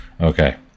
Okay